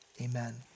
Amen